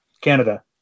Canada